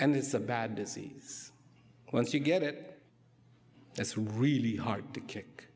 and it's a bad disease once you get it it's really hard to kick